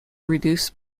reduce